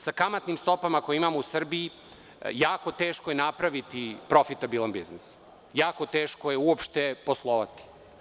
Sa kamatnim stopama koje imamo u Srbiji jako teško je napraviti profitabilan biznis, jako teško je uopšte poslovati.